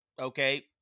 okay